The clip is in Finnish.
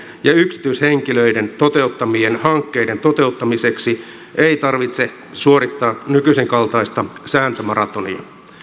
ja yksityishenkilöiden toteuttamien hankkeiden toteuttamiseksi ei tarvitse suorittaa nykyisen kaltaista sääntömaratonia